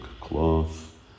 cloth